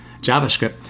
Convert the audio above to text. JavaScript